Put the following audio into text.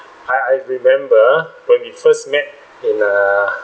I I remember when we first met in err